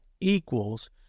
equals